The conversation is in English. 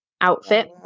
outfit